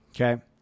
Okay